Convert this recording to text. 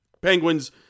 Penguins